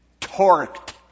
torqued